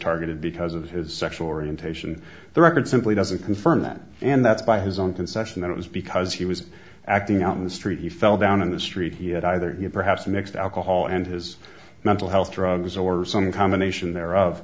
targeted because of his sexual orientation the record simply doesn't confirm that and that's by his own concession that it was because he was acting out in the street he fell down in the street he had either you perhaps mixed alcohol and his mental health drugs or some combination thereof